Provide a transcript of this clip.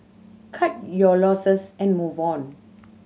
cut your losses and move on